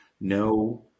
No